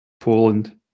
Poland